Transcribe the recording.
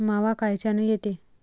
मावा कायच्यानं येते?